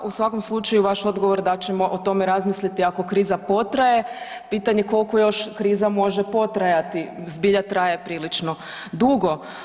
U svakom slučaju vaš odgovor da ćemo o tome razmisliti ako kriza potraje, pitanje koliko još kriza može potrajati, zbilja traje prilično dugo.